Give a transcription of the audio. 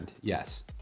Yes